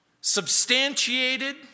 Substantiated